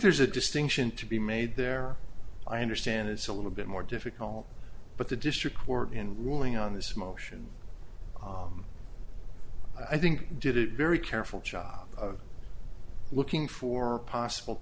there's a distinction to be made there i understand it's a little bit more difficult but the district court in ruling on this motion i think did it very careful job of looking for possible